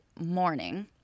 morning